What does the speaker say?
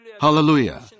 Hallelujah